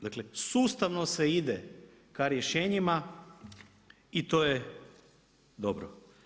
Dakle, sustavno se ide ka rješenjima i to je dobro.